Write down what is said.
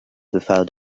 without